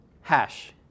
hash